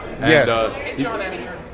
Yes